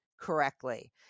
correctly